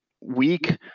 weak